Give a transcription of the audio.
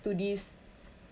to this